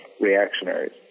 reactionaries